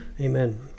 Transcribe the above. Amen